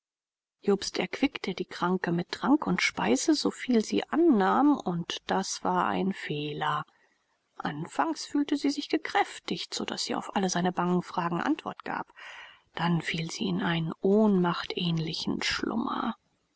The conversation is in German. jobst erquickte die kranke mit trank und speise so viel sie annahm und das war ein fehler anfangs fühlte sie sich gekräftigt so daß sie auf alle seine bangen fragen antwort gab dann fiel sie in einen ohnmachtähnlichen schlummer